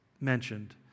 mentioned